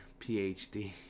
PhD